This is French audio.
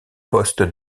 poste